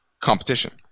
competition